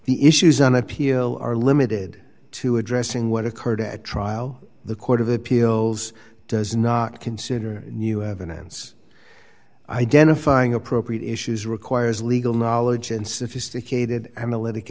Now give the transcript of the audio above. the issues on appeal are limited to addressing what occurred at trial the court of appeals does not consider new evidence identifying appropriate issues requires legal knowledge and sophisticated analytic